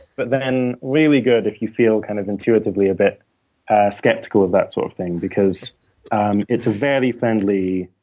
but then really good if you feel kind of intuitively a bit skeptical of that sort of thing because um it's a very friendly,